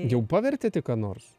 jau pavertėt į ką nors